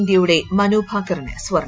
ഇന്ത്യയുടെ മനുഭാക്കറിന് സ്വർണം